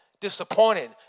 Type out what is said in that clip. disappointed